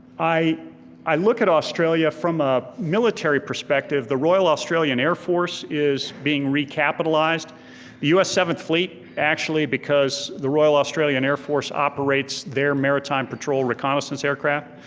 i i look at australia from a military perspective, the royal australian air force is being recapitalized. the us seventh fleet, actually because the royal australian air force operates their maritime patrol reconnaissance aircraft,